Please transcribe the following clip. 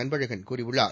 அன்பழகன் கூறியுள்ளார்